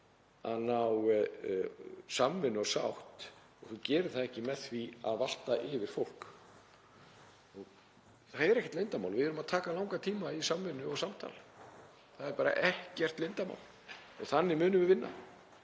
að ná samvinnu og sátt og þú gerir það ekki með því að valta yfir fólk. Það er ekkert leyndarmál að við erum að taka langan tíma í samvinnu og samtal, það er bara ekkert leyndarmál, og þannig munum við vinna.